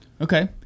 Okay